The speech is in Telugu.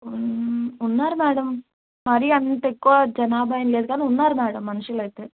ఉన్నారు మ్యాడమ్ మరీ అంత ఎక్కువ జనాభా ఏమీ లేరు కానీ ఉన్నారు మ్యాడమ్ మనుషులైతే